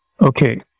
Okay